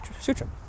Sutra